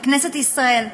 בכנסת ישראל,